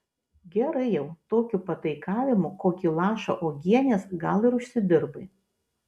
gerai jau tokiu pataikavimu kokį lašą uogienės gal ir užsidirbai